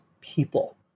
people